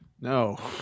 No